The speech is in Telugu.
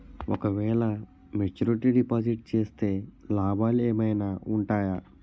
ఓ క వేల మెచ్యూరిటీ డిపాజిట్ చేస్తే లాభాలు ఏమైనా ఉంటాయా?